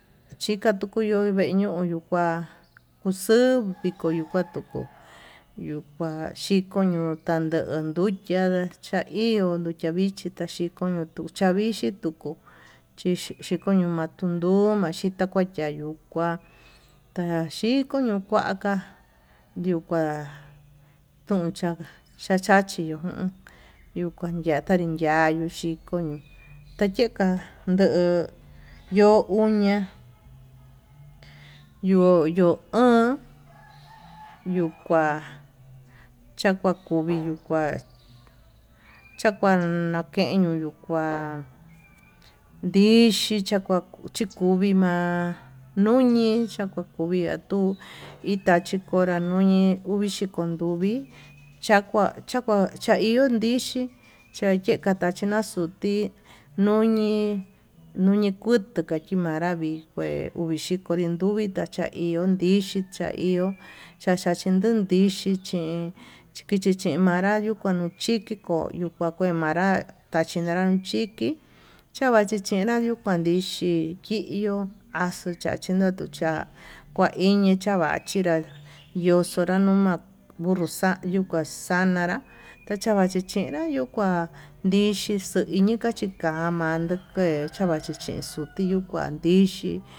Chika tuku ño'o vee ñuu yuu kua kuxuu viko yuu kua tuku, yuu kua xhiko ño'o tenduu nduchia chaio yuu chiá vichi chachi koño tuu chaí xhi tuku chi xikoño matun nduma'a xhita kua yayu kua taxhiko ñuu kuaka yuu kua tuncha cha'a chachiyón yuu kua kuatanrin yayuu chikoño, tayenka yuu yo'o uñiá yo yo o'on yuu kua chakua kuvii yuu kua chakua keñu kua ndixhi chakua kue chikumi ma'a, ñuñi chaka kuvii matu tachikora nuñi uvii chikon nduvii chakua chakua chaio ndixhii chaye kachina xutii ñuñi ñuñi kutu kachinra vii, kue uvixhiko ndetuvi kua, chaio ndichi chaio chacha chindu ndixhii chin kichin manra yuu kuanuchiko ko'o kua ke'e manrá tachin nara chiki chavan chichina yuu kuan ndixhí, kiuu axuuna tucha'a kuaiñi chava'a chinrá yo'o xonra yunio xayuu kuaxanara kuachi kuachichina yuu kua ndixhi xhiñi achikama yunke tachinche yuu kuan ndixhí.